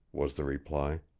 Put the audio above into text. was the reply.